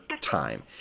time